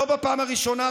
לא בפעם הראשונה,